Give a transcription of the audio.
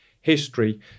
history